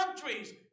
countries